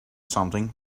something